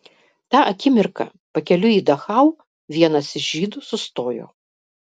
tą akimirką pakeliui į dachau vienas iš žydų sustojo